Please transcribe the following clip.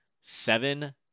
seven